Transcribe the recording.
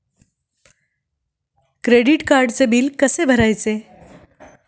Credit कार्डचे bill कसे भरायचे?